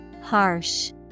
Harsh